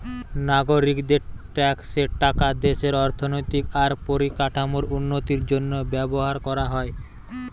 নাগরিকদের ট্যাক্সের টাকা দেশের অর্থনৈতিক আর পরিকাঠামোর উন্নতির জন্য ব্যবহার কোরা হয়